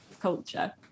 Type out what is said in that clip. culture